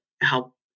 help